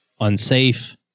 unsafe